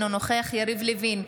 אינו נוכח יריב לוין,